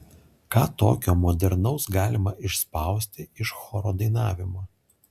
ką tokio modernaus galima išspausti iš choro dainavimo